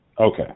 Okay